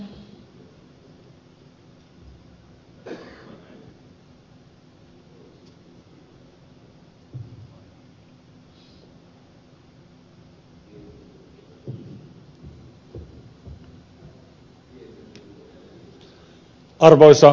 arvoisa puhemies